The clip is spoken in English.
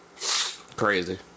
Crazy